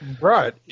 right